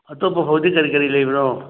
ꯑꯇꯣꯞꯄ ꯐꯧꯗꯤ ꯀꯔꯤ ꯀꯔꯤ ꯂꯩꯕꯅꯣ